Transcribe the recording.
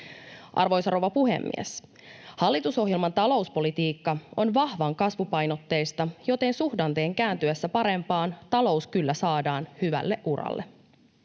Arvoisa rouva puhemies! Hallitusohjelman talouspolitiikka on vahvan kasvupainotteista, joten suhdanteen kääntyessä parempaan talous kyllä saadaan hyvälle uralle.